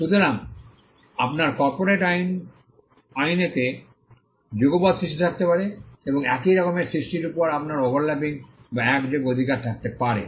সুতরাং আপনার কর্পোরেট আইনতে যুগপত সৃষ্টি থাকতে পারে এবং একই রকমের সৃষ্টির উপর আপনার ওভারল্যাপিং বা একযোগে অধিকার থাকতে পারে